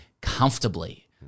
comfortably